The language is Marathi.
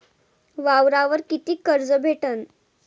वावरावर कितीक कर्ज भेटन?